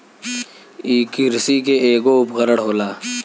इ किरसी के ऐगो उपकरण होला